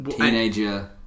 Teenager